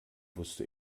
wusste